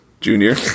junior